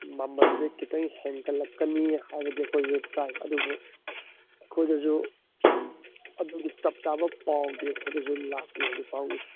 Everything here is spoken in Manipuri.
ꯃꯃꯟꯁꯦ ꯈꯤꯇꯪ ꯍꯦꯟꯒꯠꯂꯛꯀꯅꯤ ꯍꯥꯏꯕꯗꯤ ꯑꯩꯈꯣꯏꯁꯨ ꯇꯥꯏ ꯑꯗꯨꯕꯨ ꯑꯩꯈꯣꯏꯗꯁꯨ ꯑꯗꯨꯒꯤ ꯆꯞ ꯆꯥꯕ ꯄꯥꯎꯗꯤ ꯑꯩꯈꯣꯏꯗꯁꯨ ꯂꯥꯛꯇ꯭ꯔꯤ ꯍꯧꯖꯤꯛꯐꯥꯎꯒꯤꯗꯤ